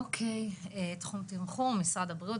אוקי, תחום תמחור, משרד הבריאות.